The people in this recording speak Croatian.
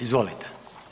Izvolite.